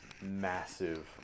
massive